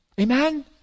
Amen